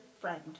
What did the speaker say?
friend